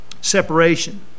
separation